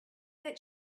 that